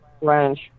range